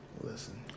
Listen